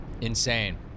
Insane